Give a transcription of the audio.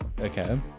okay